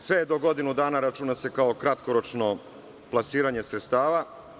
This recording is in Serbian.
Sve do godinu dana računa se kao kratkoročno plasiranje sredstava.